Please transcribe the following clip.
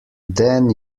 then